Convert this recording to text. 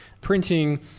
printing